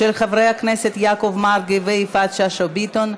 של חברי הכנסת יעקב מרגי ויפעת שאשא ביטון.